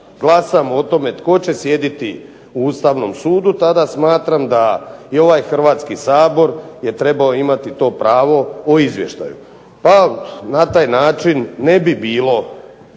glasamo o tome tko će sjediti u Ustavnom sudu tada smatram da i ovaj Hrvatski sabor je trebao imati to pravo o izvještaju pa na taj način ne bi bila